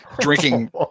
drinking